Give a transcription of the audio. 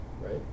right